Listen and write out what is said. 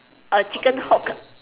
a chicken hook